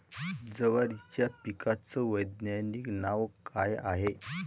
जवारीच्या पिकाचं वैधानिक नाव का हाये?